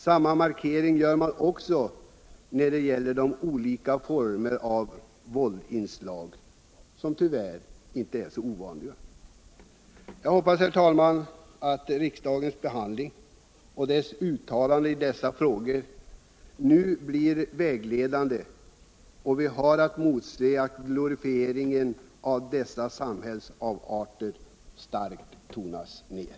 Samma markering gör man när det gäller olika former av våldsinslag — som tyvärr inte är så ovanliga. Jag hoppas. herr talman, att riksdagens behandling av och dess uttalande i dessa frågor nu blir vägledande och att vi har att motse att glorifieringen av dessa samhällsavarter starkt tonas ner.